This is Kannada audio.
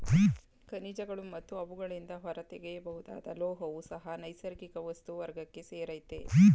ಖನಿಜಗಳು ಮತ್ತು ಅವುಗಳಿಂದ ಹೊರತೆಗೆಯಬಹುದಾದ ಲೋಹವೂ ಸಹ ನೈಸರ್ಗಿಕ ವಸ್ತು ವರ್ಗಕ್ಕೆ ಸೇರಯ್ತೆ